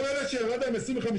כל אלה שירד להם 255,